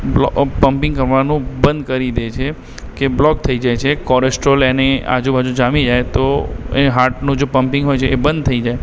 blow અ pumping કરવાનું બંધ કરી દે છે કે બ્લૉક થઈ જાય છે કોલેસ્ટ્રોલ એની આજુબાજુ જામી જાય તો એ હાર્ટનું જે પંપિંગ હોય છે એ બંધ થઈ જાય